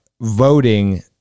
voting